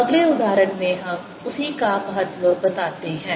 अगले उदाहरण में हम उसी का महत्व बताते हैं